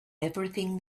everything